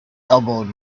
elbowed